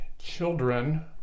children